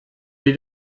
sie